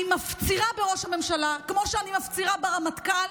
אני מפצירה בראש הממשלה כמו שאני מפצירה ברמטכ"ל,